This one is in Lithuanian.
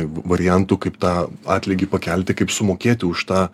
variantų kaip tą atlygį pakelti kaip sumokėti už tą